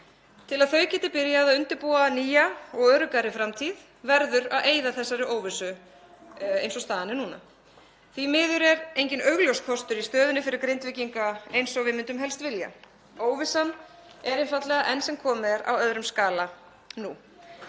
Til að þau geti byrjað að undirbúa nýja og öruggari framtíð verður að eyða þessari óvissu eins og staðan er núna. Því miður er enginn augljós kostur í stöðunni fyrir Grindvíkinga eins og við myndum helst vilja. Óvissan er einfaldlega enn sem komið er á öðrum skala núna.